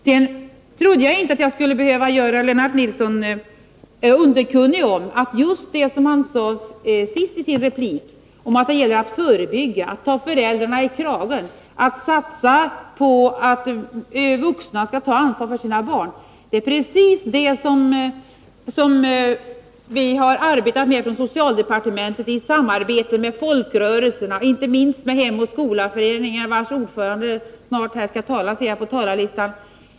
Jag trodde inte att jag skulle behöva göra Lennart Nilsson underkunnig om att det som han sade sist i sin replik — att det gäller att förebygga, att ta föräldrarna i kragen, att satsa på att vuxna skall ta ansvar för sina barn — just är det som vi från socialdepartementet har arbetat med i samverkan med folkrörelserna. Inte minst har vi samarbetat med Hem och skola-föreningarna, vilkas ordförande snart skall tala här enligt talarlistan.